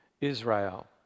Israel